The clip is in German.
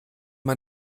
man